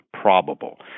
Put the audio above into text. probable